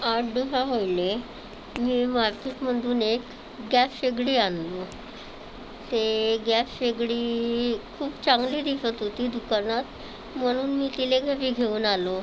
आठ दिवसापहिले मी मार्केटमधून एक गॅस शेगडी आणली ते गॅस शेगडी खूप चांगली दिसत होती दुकानात म्हणून मी तिला घरी घेऊन आलो